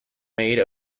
made